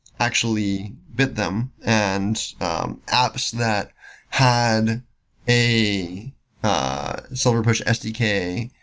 actually bid them and um apps that had a silverpush sdk